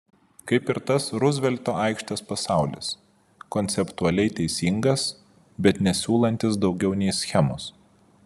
kaip ir tas ruzvelto aikštės pasaulis konceptualiai teisingas bet nesiūlantis daugiau nei schemos